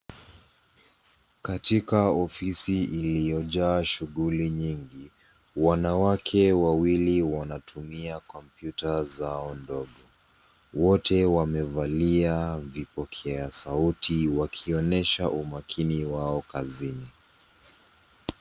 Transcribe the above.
Katika ofisi iliyojaa shughuli nyingi, wanawake wawili wanatumia kompyuta zao ndogo. Wote wamevalia vipokea sauti wakionyesha umakini wao kazini.